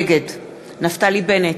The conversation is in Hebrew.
נגד נפתלי בנט,